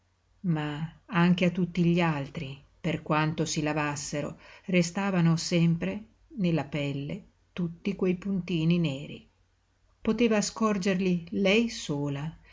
ma anche a tutti gli altri per quanto si lavassero restavano sempre nella pelle tutti quei puntini neri poteva scorgerli lei sola